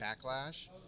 backlash